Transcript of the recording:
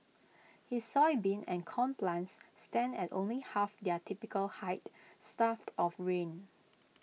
his soybean and corn plants stand at only half their typical height starved of rain